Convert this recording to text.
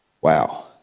Wow